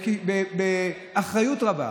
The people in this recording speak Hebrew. באחריות רבה,